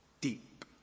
deep